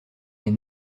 les